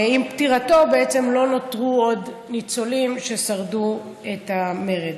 עם פטירתו בעצם לא נותרו עוד ניצולים ששרדו במרד.